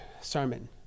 sermon